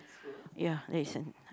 ya license